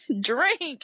Drink